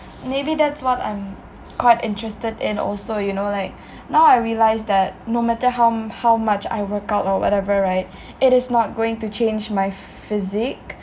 maybe that's what I'm quite interested in also you know like now I realised that no matter how m~ how much I work out or whatever right it is not going to change my physique